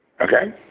Okay